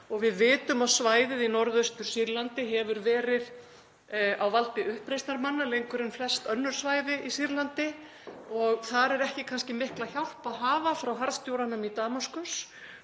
Við vitum að svæðið í Norðaustur-Sýrlandi hefur verið á valdi uppreisnarmanna lengur en flest önnur svæði í Sýrlandi og þar er kannski ekki mikla hjálp að hafa frá harðstjóranum í Damaskus